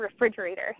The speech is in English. refrigerator